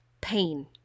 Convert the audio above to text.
pain